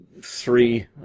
Three